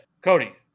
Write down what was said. Cody